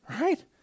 right